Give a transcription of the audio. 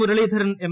Muraleedharan M